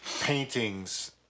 paintings